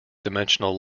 dimensional